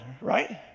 right